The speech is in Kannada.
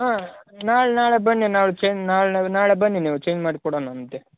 ಹಾಂ ನಾಳೆ ನಾಳೆ ಬನ್ನಿ ನಾಳೆ ಚೇಂಜ್ ನಾಳೆ ನಾಳೆ ಬನ್ನಿ ನೀವು ಚೇಂಜ್ ಮಾಡಿ ಕೊಡಣಂತೆ